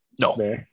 No